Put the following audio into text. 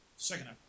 second